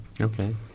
Okay